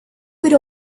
would